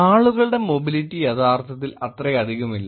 ആളുകളുടെ മൊബിലിറ്റി യഥാർത്ഥത്തിൽ അത്രയധികമല്ല